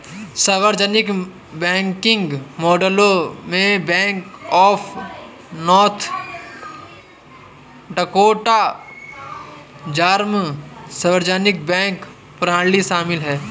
सार्वजनिक बैंकिंग मॉडलों में bank of North Dakota German सार्वजनिक बैंक प्रणाली शामिल है